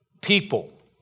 People